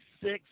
Six